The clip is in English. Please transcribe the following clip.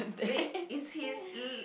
wait is his l~